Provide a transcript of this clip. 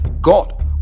God